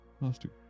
Master